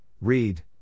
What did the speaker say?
read